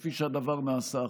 כפי שהדבר נעשה עכשיו,